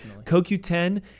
CoQ10